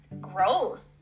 growth